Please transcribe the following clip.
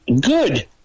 Good